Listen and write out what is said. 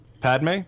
Padme